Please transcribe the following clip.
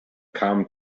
come